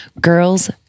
Girls